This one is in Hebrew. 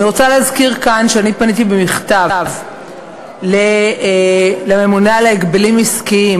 אני רוצה להזכיר כאן שאני פניתי במכתב לממונה על ההגבלים העסקיים